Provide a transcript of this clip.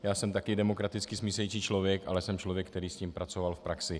Já jsem taky demokraticky smýšlející člověk, ale jsem člověk, který s tím pracoval v praxi.